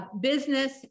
business